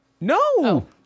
No